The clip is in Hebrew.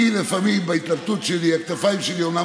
אני לפעמים בהתלבטות שלי, הכתפיים שלי אומנם